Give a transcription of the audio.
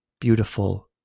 beautiful